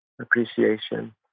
appreciation